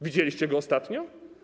Widzieliście go ostatnio?